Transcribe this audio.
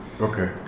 Okay